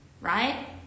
right